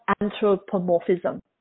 anthropomorphism